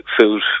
food